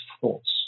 thoughts